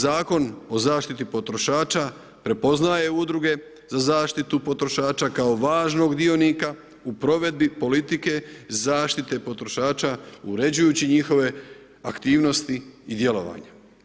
Zakon o zaštiti potrošača prepoznaje udruge za zaštitu potrošača kao važnog dionika u provedbi politike zaštite potrošača uređujući njihove aktivnosti i djelovanja.